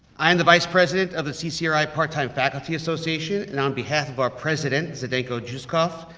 i am the vice president of the ccri part-time faculty association, and on behalf of our president, zdenko juskuv,